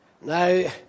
Now